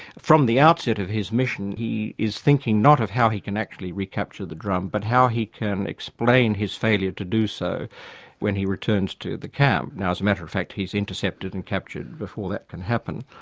from the outset of his mission he is thinking not of how he can actually recapture the drum but how he can explain his failure to do so when he returns to the camp. now, as a matter of fact he's intercepted and captured before that can happen.